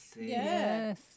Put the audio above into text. Yes